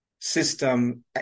system